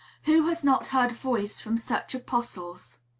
who has not heard voice from such apostles?